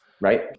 Right